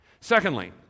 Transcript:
Secondly